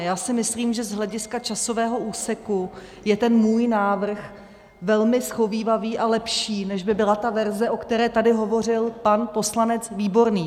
Já si myslím, že z hlediska časového úseku je ten můj návrh velmi shovívavý a lepší, než by byla ta verze, o které tady hovořil pan poslanec Výborný.